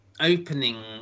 opening